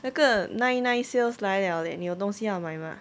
那个 nine nine sales 来 liao leh 你有东西要买吗